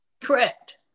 Correct